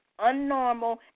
unnormal